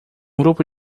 grupo